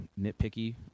nitpicky